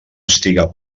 estiga